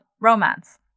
romance